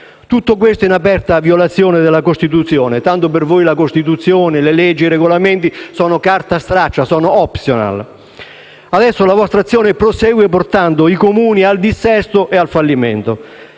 stato fatto in aperta violazione della Costituzione. Tanto per voi la Costituzione, le leggi e i regolamenti sono carta straccia, *optional*. Adesso la vostra azione prosegue portando i Comuni al dissesto e al fallimento,